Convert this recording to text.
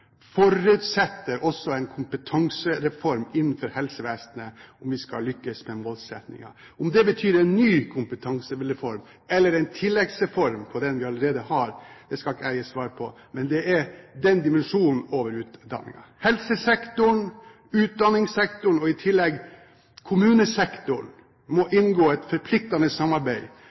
forutsetter også en kompetansereform innenfor helsevesenet om vi skal lykkes med målsettingene. Om det betyr en ny kompetansereform eller en tilleggsreform til den vi allerede har, skal ikke jeg gi svar på, men det er den dimensjonen over utdanningen. Helsesektoren, utdanningssektoren og i tillegg kommunesektoren må inngå et forpliktende samarbeid,